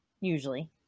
usually